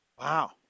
Wow